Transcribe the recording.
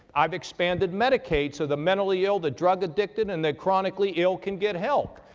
i've expanded medicaid so the mentally ill, the drug addicted, and the chronically ill can get help.